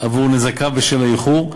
על נזקיו בשל האיחור,